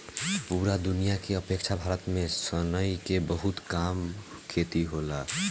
पूरा दुनिया के अपेक्षा भारत में सनई के बहुत कम खेती होखेला